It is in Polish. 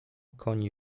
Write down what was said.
koni